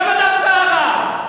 למה דווקא הרב?